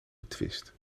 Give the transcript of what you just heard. betwist